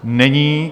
Není.